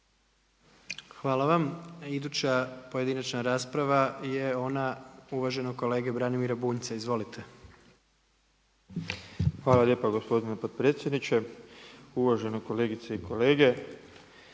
Hvala vam. Iduća pojedinačna rasprava je ona uvaženog kolege Branimira Bunjca. Izvolite. **Bunjac, Branimir (Živi zid)** Hvala lijepa gospodine potpredsjedniče, uvažene kolegice i kolege.